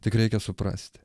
tik reikia suprasti